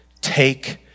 Take